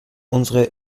unsere